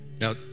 Now